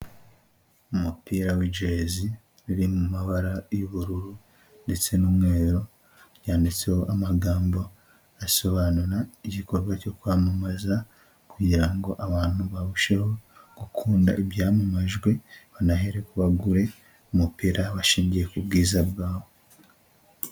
Umupira w'ijezi, riri mu mabara y'ubururu ndetse n'umweru ,yanditseho amagambo asobanura igikorwa cyo kwamamaza, kugirango abantu barusheho gukunda ibyamamajwe banahereko bagure umupira bashingiye ku bwiza bwawo.